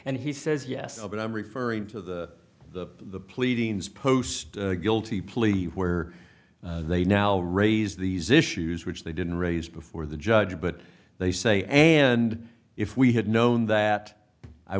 and he says yes but i'm referring to the the pleadings post guilty plea where they now raise these issues which they didn't raise before the judge but they say and if we had known that i